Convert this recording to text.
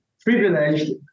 privileged